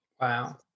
wow